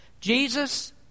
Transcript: Jesus